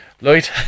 Lloyd